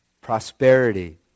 Prosperity